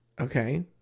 Okay